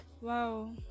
Wow